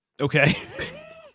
Okay